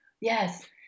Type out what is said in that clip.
yes